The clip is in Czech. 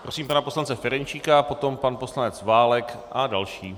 Prosím pana poslance Ferjenčíka, potom pan poslanec Válek a další.